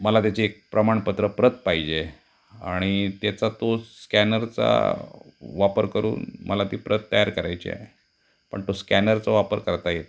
मला त्याचे एक प्रमाणपत्र प्रत पाहिजे आहे आणि त्याचा तो स्कॅनरचा वापर करून मला ती प्रत तयार करायची आहे पण तो स्कॅनरचा वापर करता येत नाही